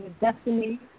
destiny